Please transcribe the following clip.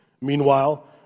Meanwhile